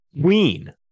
Queen